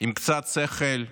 עם קצת שכל,